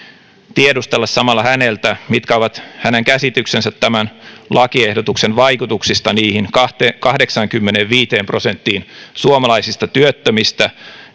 tiedustella samalla häneltä mitkä ovat hänen käsityksensä tämän lakiehdotuksen vaikutuksista niihin kahdeksaankymmeneenviiteen prosenttiin suomalaisista työttömistä